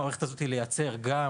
המערכת הזאת אמורה לייצר גם